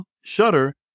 shutter